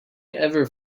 ever